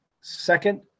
second